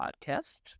podcast